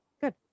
Good